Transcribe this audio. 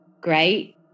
great